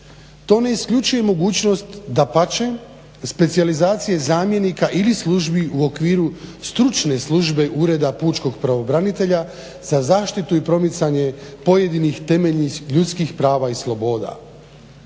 to ne isključuje mogućnost, dapače, specijalizacija zamjenika ili službi u okviru stručne službe ureda pučkog pravobranitelja za zaštitu i promicanje pojedinih temeljnih ljudskih prava i sloboda.